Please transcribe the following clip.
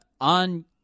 On